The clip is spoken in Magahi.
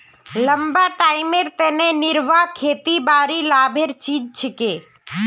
लंबा टाइमेर तने निर्वाह खेतीबाड़ी लाभेर चीज छिके